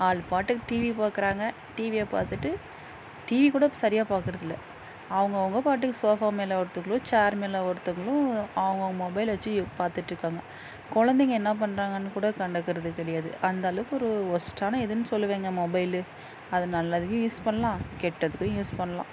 ஆள் பாட்டுக்கு டிவி பார்க்குறாங்க டிவியை பார்த்துட்டு டிவிக்கூட சரியாக பார்க்கறதில்ல அவங்கவுங்க பாட்டுக்கு சோஃபா மேலே ஒருத்தவங்களும் சேர் மேலே ஒருத்தவங்களும் அவங்க மொபைலை வச்சு பார்த்துட்ருக்காங்க குழந்தைங்க என்ன பண்ணுறாங்கன்னுக்கூட கண்டுக்கறது கிடையாது அந்த அளவுக்கு ஒரு ஒஸ்ட்டான இதுன்னு சொல்லுவேங்க மொபைலு அது நல்லதுக்கும் யூஸ் பண்ணலாம் கெட்டதுக்கும் யூஸ் பண்ணலாம்